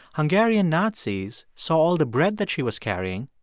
hungarian nazis saw all the bread that she was carrying,